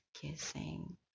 kissing